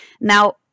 Now